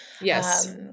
Yes